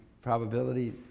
probability